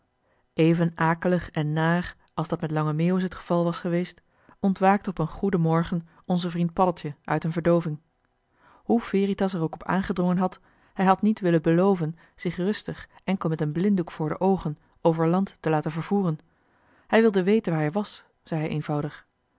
akelig en naar als dat met lange meeuwis het geval was geweest ontwaakte op een goeden morgen onze vriend paddeltje uit een verdooving hoe veritas er ook op aangedrongen had hij had niet willen beloven zich rustig enkel met een blinddoek voor de oogen over land te laten vervoeren hij wilde weten waar hij was zei hij eenvoudig